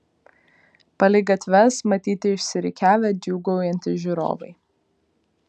palei gatves matyti išsirikiavę džiūgaujantys žiūrovai